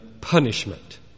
punishment